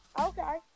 Okay